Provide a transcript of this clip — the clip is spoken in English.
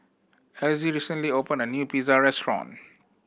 Elzie recently opened a new Pizza Restaurant